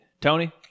Tony